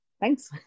Thanks